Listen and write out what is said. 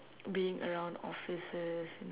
being around offices and